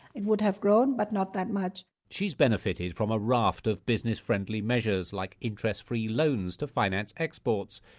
it would have grown but not that much she's benefited from a raft of business friendly measures, like interest-free loans to finance exports.